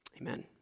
Amen